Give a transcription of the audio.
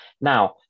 Now